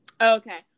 Okay